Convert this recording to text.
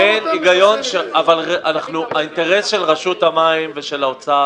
פתאום --- אבל האינטרס של רשות המים ושל האוצר